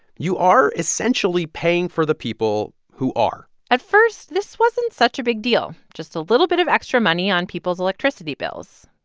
you are essentially paying for the people who are at first, this wasn't such a big deal just a little bit of extra money on people's electricity bills.